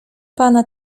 pana